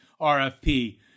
RFP